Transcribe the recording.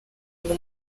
ngo